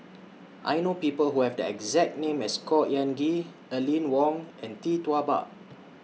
I know People Who Have The exact name as Khor Ean Ghee Aline Wong and Tee Tua Ba